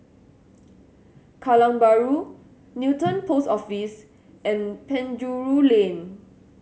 Kallang Bahru Newton Post Office and Penjuru Lane